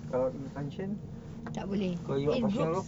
kalau in function kalau you buat function room